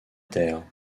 terre